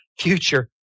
future